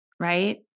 Right